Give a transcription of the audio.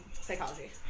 psychology